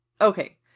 okay